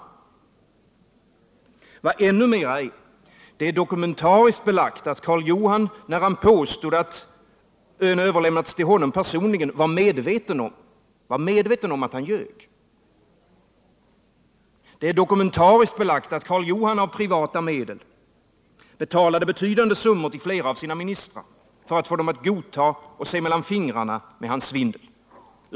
Onsdagen den Vad mera är: Det är dokumentariskt belagt att Karl Johan, när han påstod 12 mars 1980 att ön överlämnats till honom personligen, var medveten om att han ljög. Det är dokumentariskt belagt att Karl Johan av privata medel betalade betydande summor till flera av sina ministrar för att få dem att godta och se mellan fingrarna med hans svindel.